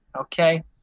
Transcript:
Okay